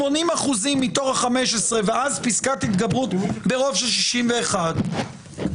סליחה, עם כל הכבוד, הבאתי את